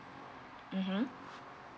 mmhmm